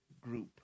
Group